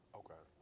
okay